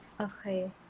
Okay